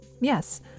yes